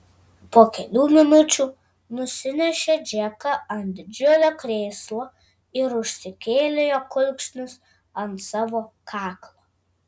po kelių minučių nusinešė džeką ant didžiulio krėslo ir užkėlė jo kulkšnis ant savo kaklo